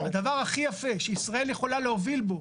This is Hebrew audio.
הדבר הכי יפה שישראל יכולה להוביל בו,